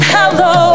Hello